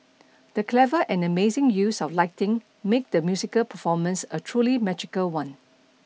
the clever and amazing use of lighting made the musical performance a truly magical one